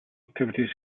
activities